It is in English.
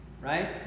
Right